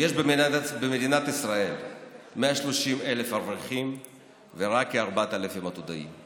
שיש במדינת ישראל 130,000 אברכים ורק כ-4,000 עתודאים.